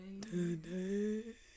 today